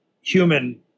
human